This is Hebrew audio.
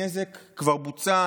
הנזק כבר בוצע.